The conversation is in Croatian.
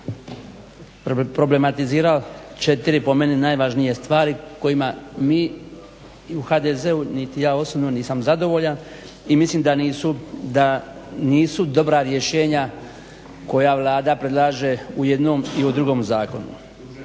problematizirao četiri po meni najvažnije stvari kojima mi u HDZ-u, niti ja osobno nisam zadovoljan, i mislim da nisu, da nisu dobra rješenja koja Vlada predlaže u jednom i u drugom zakonu.